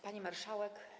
Pani Marszałek!